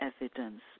evidence